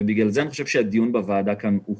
ולכן אני חושב שהדיון כאן בוועדה חשוב.